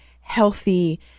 healthy